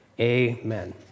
Amen